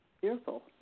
fearful